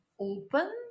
open